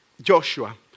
Joshua